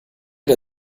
der